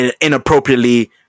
inappropriately